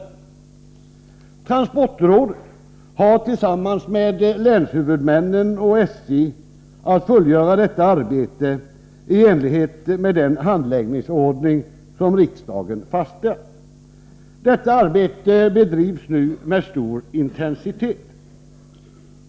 Transportrådet har tillsammans med länshuvudmännen och SJ att fullgöra detta arbete i enlighet med den handläggningsordning som riksdagen fastställt. Detta arbete bedrivs nu med stor intensitet.